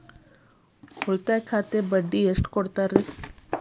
ಉಳಿತಾಯ ಖಾತೆಗೆ ಬಡ್ಡಿ ಎಷ್ಟು ಕೊಡ್ತಾರ?